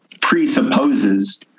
presupposes